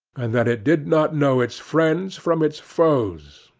and that it did not know its friends from its foes,